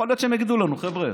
יכול להיות שהם יגידו לנו: חבר'ה,